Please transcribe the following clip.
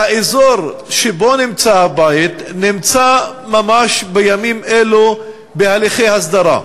האזור שבו נמצא הבית נמצא ממש בימים אלו בהליכי הסדרה.